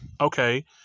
okay